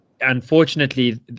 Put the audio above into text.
unfortunately